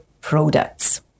products